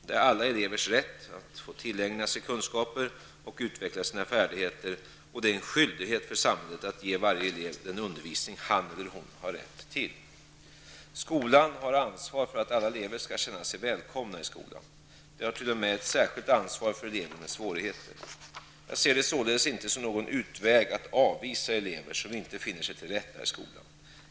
Det är alla elevers rätt att få tillägna sig kunskaper och utveckla sina färdigheter och det är en skyldighet för samhället att ge varje elev den undervisning han eller hon har rätt till. Skolan har ansvar för att alla elever skall känna sig välkomna i skolan. Den har till och med ett särskilt ansvar för elever med svårigheter. Jag ser det således inte som någon utväg att avvisa elever, som inte finner sig till rätta i skolan.